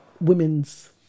women's